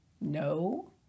no